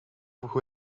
who